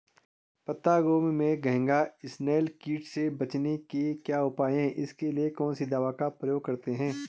पत्ता गोभी में घैंघा इसनैल कीट से बचने के क्या उपाय हैं इसके लिए कौन सी दवा का प्रयोग करते हैं?